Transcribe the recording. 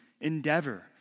endeavor